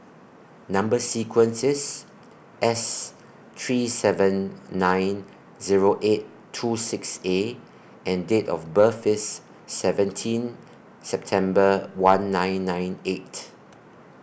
Number sequence IS S three seven nine Zero eight two six A and Date of birth IS seventeen September one nine nine eight